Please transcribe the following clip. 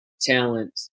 talent